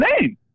name